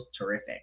terrific